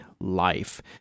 Life